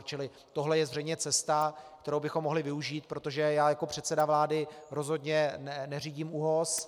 Čili tohle je zřejmě cesta, kterou bychom mohli využít, protože já jako předseda vlády rozhodně neřídím ÚOHS.